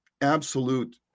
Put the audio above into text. absolute